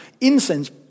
incense